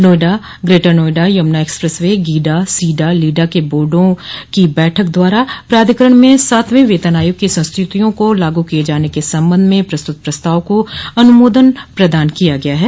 Noida greater Noida Yamuna expressway GIDA SIDA LIDA के बोर्डो की बैठक द्वारा प्राधिकरण में सातवें वेतन आयोग की संस्तुतियों को लागू किये जाने के संबंध में प्रस्तुत प्रस्ताव को अनुमोदन प्रदान किया गया है